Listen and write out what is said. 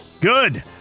Good